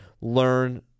learn